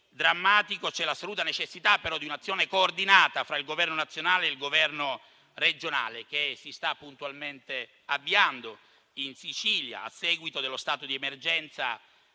c'è l'assoluta necessita, però, di un'azione coordinata fra il Governo nazionale e il Governo regionale, che si sta puntualmente avviando in Sicilia a seguito della dichiarazione